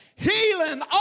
Healing